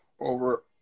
over